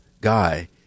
guy